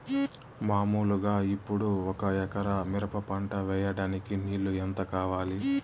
మామూలుగా ఇప్పుడు ఒక ఎకరా మిరప పంట వేయడానికి నీళ్లు ఎంత కావాలి?